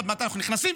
ועוד מעט אנחנו נכנסים.